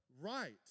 Right